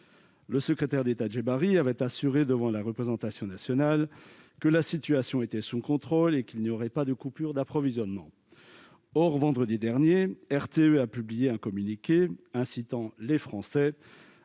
Le ministre Jean-Baptiste Djebbari avait assuré à la représentation nationale que la situation était sous contrôle et qu'il n'y aurait pas de coupure d'approvisionnement. Or, vendredi dernier, RTE a publié un communiqué incitant les Français à